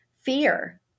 fear